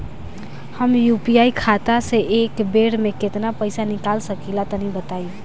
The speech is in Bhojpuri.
हम यू.पी.आई खाता से एक बेर म केतना पइसा निकाल सकिला तनि बतावा?